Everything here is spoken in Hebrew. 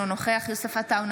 אינו נוכח יוסף עטאונה,